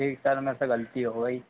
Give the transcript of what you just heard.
ठीक सर मेरे से गलती हो गई